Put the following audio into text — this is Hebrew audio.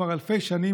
כבר אלפי שנים,